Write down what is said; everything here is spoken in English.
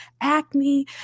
Acne